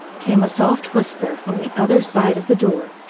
came a soft whisper from the other side of the door.